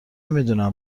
میدونم